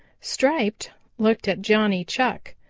striped looked at johnny chuck.